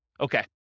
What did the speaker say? Okay